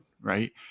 right